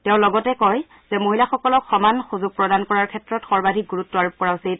তেওঁ লগতে কয় যে মহিলাসকলক সমান সূযোগ প্ৰদান কৰাৰ ক্ষেত্ৰত সৰ্বাধিক গুৰুত্ আৰোপ কৰা উচিত